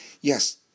Yes